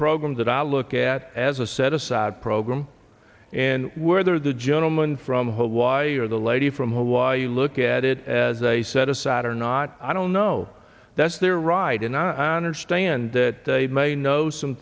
program that i look at as a set aside program and whether the gentleman from home why or the lady from hawaii look at it as a set aside or not i don't know that's their right and i understand that they may know some